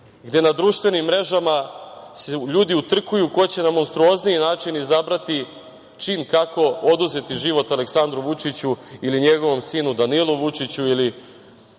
gde na društvenim mrežama se ljudi utrkuju ko će na monstruozniji način izabrati čin kako oduzeti život Aleksandru Vučiću ili njegovom sinu Danilu Vučiću ili